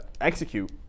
execute